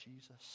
Jesus